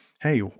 hey